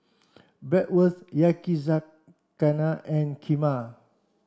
Bratwurst Yakizakana and Kheema